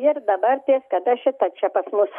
ir dabar ties kada šita čia pas mus